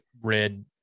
red